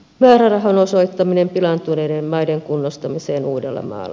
määrärahan osoittaminen pilaantuneiden maiden kunnostamiseen uudellamaalla